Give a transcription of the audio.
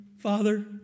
Father